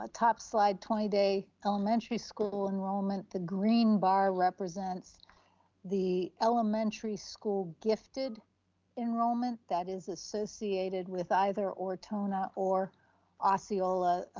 ah top slide, twenty day elementary school enrollment, the green bar represents the elementary school gifted enrollment that is associated with either ortona or osceola.